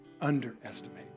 underestimate